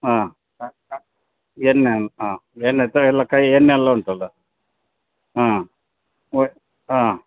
ಹಾಂ ಎಣ್ಣೆ ಹಾಂ ಎಣ್ಣೆ ತಾ ಕೈಯ್ಯಲ್ಲಿ ಎಣ್ಣೆ ಎಲ್ಲ ಉಂಟಲ್ಲ ಹಾಂ ಒ ಹಾಂ